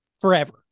forever